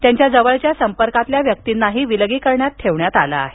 त्यांच्या जवळच्या संपर्कातील व्यक्तींनाही विलगीकरणात ठेवण्यात आलं आहे